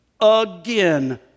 again